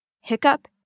Hiccup